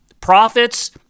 profits